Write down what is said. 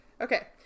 Okay